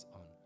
on